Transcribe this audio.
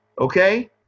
okay